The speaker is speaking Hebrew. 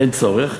אין צורך.